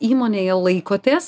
įmonėje laikotės